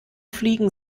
fliegen